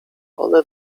one